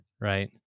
right